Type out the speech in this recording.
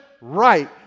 Right